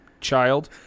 child